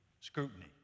Scrutiny